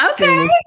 Okay